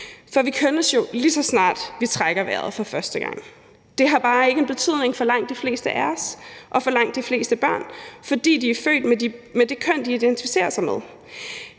for vi kønnes jo, lige så snart vi trækker vejret for første gang. Det har bare ikke en betydning for langt de fleste børn, fordi de er født med det køn, de identificerer sig med.